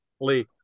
Lee